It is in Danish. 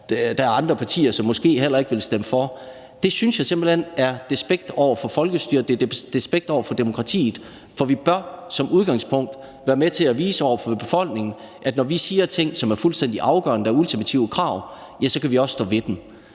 der er andre partier, som måske heller ikke vil stemme for. Det synes jeg simpelt hen er despekt over for folkestyret. Det er despekt over for demokratiet, for vi bør som udgangspunkt være med til at vise over for befolkningen, at når vi siger ting, som er fuldstændig afgørende for os – som er ultimative krav – ja, så kan vi også stå ved dem.